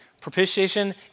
Propitiation